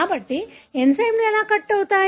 కాబట్టి ఎంజైమ్లు ఎలా కట్ అవుతాయి